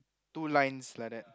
two lines like that